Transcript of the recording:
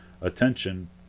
attention